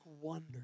wonder